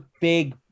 big